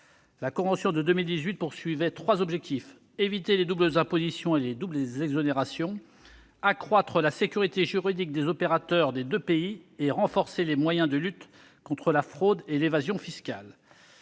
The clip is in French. La convention de 2018 avait trois objectifs : éviter les doubles impositions et les doubles exonérations, accroître la sécurité juridique des opérateurs des deux pays et renforcer les moyens de lutte contre la fraude et l'évasion fiscales.